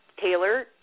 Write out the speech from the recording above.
Taylor